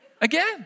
again